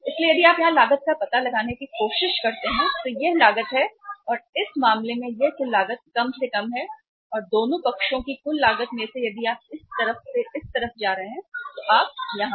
इसलिए यदि आप यहां लागत का पता लगाने की कोशिश करते हैं तो यह लागत है और इस मामले में यह कुल लागत कम से कम है और दोनों पक्षों की कुल लागत में से यदि आप इस तरफ से इस तरफ जा रहे हैं तो आप यहां हैं